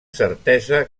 certesa